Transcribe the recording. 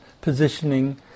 positioning